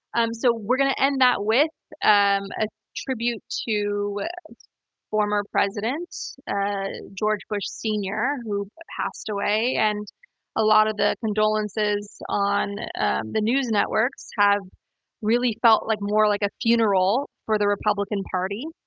um so we're gonna end that with and a tribute to former president george bush, sr. who passed away, and a lot of the condolences on and the news networks have really felt like more like a funeral for the republican republican party.